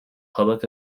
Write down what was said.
public